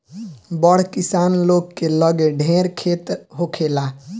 बड़ किसान लोग के लगे ढेर खेत होखेला